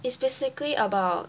is basically about